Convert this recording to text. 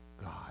God